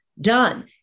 Done